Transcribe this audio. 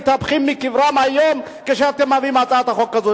מתהפכים בקברם היום כשאתם מביאים הצעת חוק כזאת.